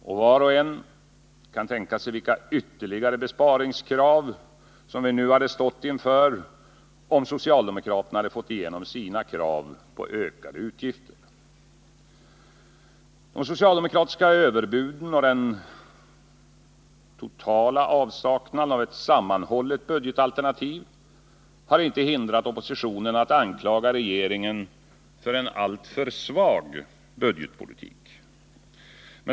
Och var och en kan tänka sig vilka ytterligare besparingskrav som vi nu hade stått inför, om socialdemokraterna hade fått igenom sina krav på ökade utgifter. De socialdemokratiska överbuden och den totala avsaknaden av ett sammanhållet budgetalternativ har inte hindrat oppositionen att anklaga regeringen för en alltför svag budgetpolitik.